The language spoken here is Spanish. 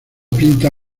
pinta